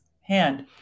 hand